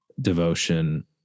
devotion